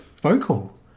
vocal